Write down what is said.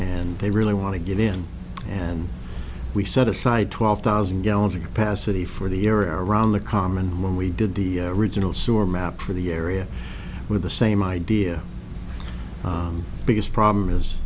and they really want to get in and we set aside twelve thousand gallons of capacity for the air around the com and when we did the original sewer map for the area we're the same idea biggest problem is